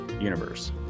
universe